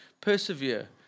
persevere